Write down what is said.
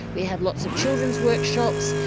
we had lots of children's workshops.